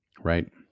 right